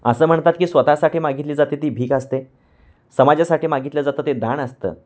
असं म्हणतात की स्वतःसाठी मागितली जाते ती भीक असते समाजासाठी मागितलं जातं ते दान असतं